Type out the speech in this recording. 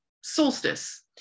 solstice